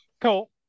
Cool